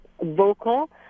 vocal